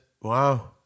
Wow